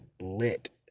lit